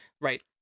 Right